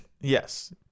yes